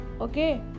okay